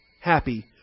Happy